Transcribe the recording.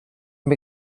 mir